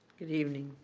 good evening.